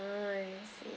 oh I see